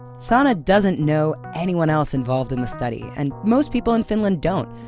sanna doesn't know anyone else involved in the study. and most people in finland don't.